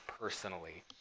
personally